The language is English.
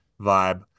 vibe